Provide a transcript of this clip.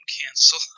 cancel